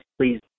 please